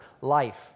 Life